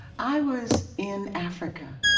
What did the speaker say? i was in africa